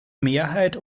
mehrheit